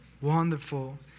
wonderful